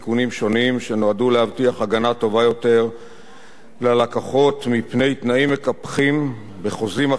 שנועדו להבטיח הגנה טובה יותר ללקוחות מפני תנאים מקפחים בחוזים אחידים,